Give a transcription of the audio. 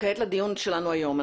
כעת לדיון שלנו היום.